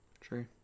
True